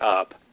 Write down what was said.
up